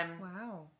Wow